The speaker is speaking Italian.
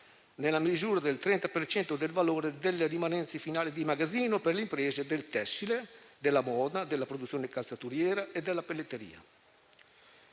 nella misura del 30 per cento del valore delle rimanenze finali di magazzino per le imprese del tessile, della moda, della produzione calzaturiera e della pelletteria.